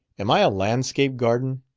am i a landscape garden?